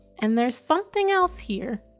and there's something else here.